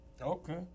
Okay